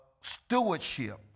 stewardship